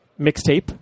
mixtape